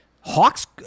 Hawks